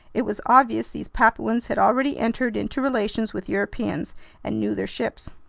it was obvious these papuans had already entered into relations with europeans and knew their ships.